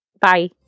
Bye